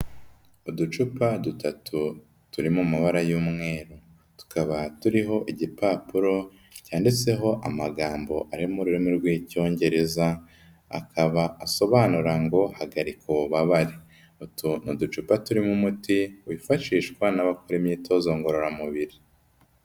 Uducupa dutatu turi mu mabara y'umweru. Tukaba turiho igipapuro cyanditseho amagambo ari mu rurimi rw'icyongereza, akaba asobanura ngo "Hagarika ububabare." Utu ni uducupa turimo umuti wifashishwa n'abakora imyitozo ngororamubiri.